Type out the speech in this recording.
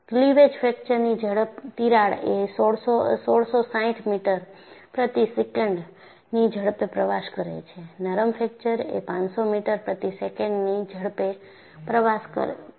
cleavage ફ્રેક્ચરની તિરાડ એ 1660 મીટર પ્રતિ સેકન્ડની ઝડપે પ્રવાસ કરે છે નરમ ફ્રેક્ચર એ 500 મીટર પ્રતિ સેકન્ડની ઝડપે પ્રવાસ કરીએ છીએ